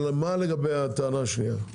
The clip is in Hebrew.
מה הטענה השנייה?